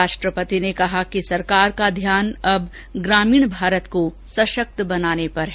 राष्ट्र पति ने कहा कि सरकार का ध्यापन अब ग्रामीण भारत को सशक्त बनाने पर है